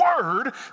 word